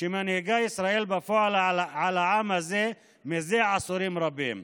שמנהיגה ישראל בפועל על העם הזה זה עשורים רבים.